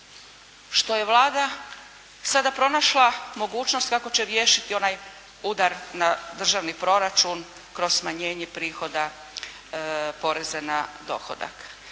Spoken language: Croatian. što je Vlada sada pronašla mogućnost kako će riješiti onaj udar na državni proračun kroz smanjenje prihoda poreza na dohodak.